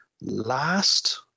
last